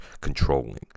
controlling